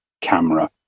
Camera